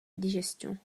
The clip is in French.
digestion